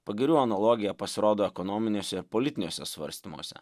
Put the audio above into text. pagirių analogija pasirodo ekonominiuose politiniuose svarstymuose